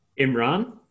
Imran